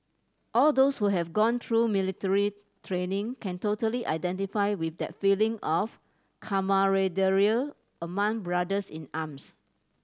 all those who have gone through military training can totally identify with that feeling of camaraderie among brothers in arms